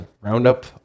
Roundup